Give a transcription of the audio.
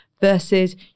versus